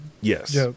Yes